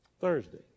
Thursday